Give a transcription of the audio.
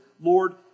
Lord